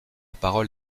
parole